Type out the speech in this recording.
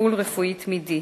וטיפול רפואי תמידי.